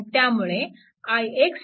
त्यामुळे ix i2 i4